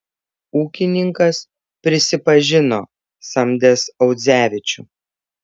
ūkininkas prisipažino samdęs audzevičių